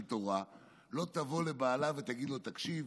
תורה לא תבוא לבעלה ותגיד לו: תקשיב,